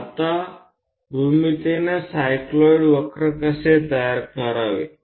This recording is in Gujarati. હવે ભૌમિતિક રીતે એક સાયક્લોઈડ વક્ર કઈ રીતે રચી શકાય છે